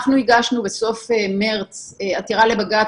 אנחנו הגשנו בסוף מרס עתירה לבג"ץ